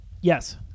yes